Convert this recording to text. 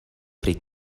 pri